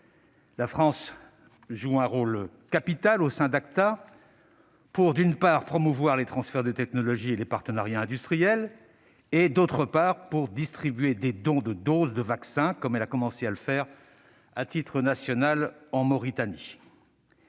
La France joue un rôle capital au sein d'ACT-A pour, d'une part, promouvoir les transferts de technologie et les partenariats industriels, et, d'autre part, distribuer des dons de doses de vaccins, comme elle a commencé à le faire à titre national en Mauritanie.